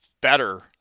better